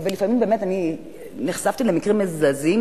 ולפעמים נחשפתי למקרים מזעזעים,